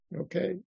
okay